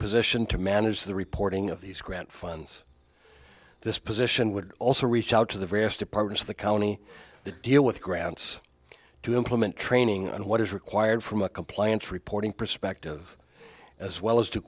position to manage the reporting of these grant funds this position would also reach out to the various departments of the county that deal with grants to implement training and what is required from a compliance reporting perspective as well as